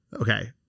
Okay